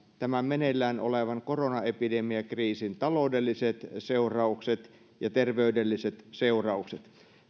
tämän meneillään olevan koronaepidemiakriisin taloudelliset seuraukset ja terveydelliset seuraukset